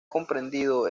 comprendido